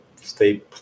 Stay